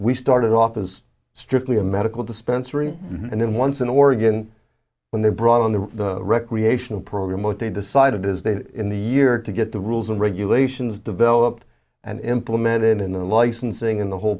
we started off as strictly a medical dispensary and then once in oregon when they brought on the recreational program what they decided is they in the year to get the rules and regulations developed and implemented in the licensing in the whole